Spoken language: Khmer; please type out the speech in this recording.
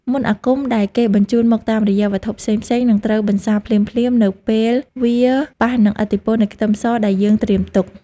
មន្តអាគមដែលគេបញ្ជូនមកតាមរយៈវត្ថុផ្សេងៗនឹងត្រូវបន្សាបភ្លាមៗនៅពេលវាប៉ះនឹងឥទ្ធិពលនៃខ្ទឹមសដែលយើងត្រៀមទុក។